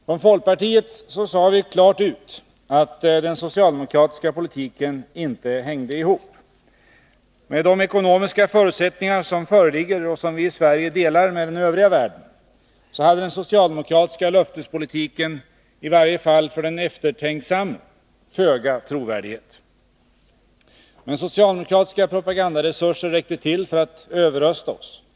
Från folkpartiet sade vi klart ut att den socialdemokratiska politiken inte hängde ihop. Med de ekonomiska förutsättningar som föreligger, och som vi i Sverige delar med den övriga världen, hade den socialdemokratiska löftespolitiken — i varje fall för den eftertänksamme — föga trovärdighet. Men socialdemokratiska propagandaresurser räckte till för att överrösta oss.